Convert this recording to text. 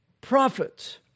prophets